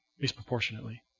disproportionately